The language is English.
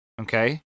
okay